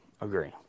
Agree